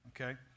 okay